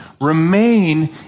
Remain